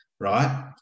right